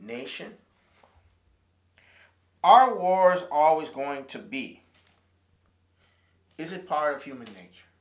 nation our wars are always going to be is a part of human nature